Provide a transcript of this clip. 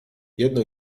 jedno